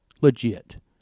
Legit